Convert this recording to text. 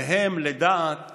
וגם לדעת